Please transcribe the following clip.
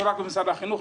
לא רק במשרד החינוך,